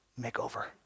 makeover